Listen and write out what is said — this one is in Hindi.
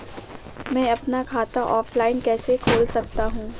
मैं अपना खाता ऑफलाइन कैसे खोल सकता हूँ?